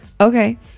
okay